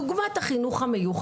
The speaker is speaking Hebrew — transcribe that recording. קחו לדוגמא את החינוך המיוחד.